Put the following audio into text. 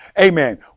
amen